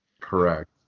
Correct